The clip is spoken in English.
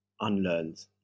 unlearned